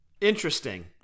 Interesting